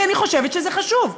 כי אני חושבת שזה חשוב.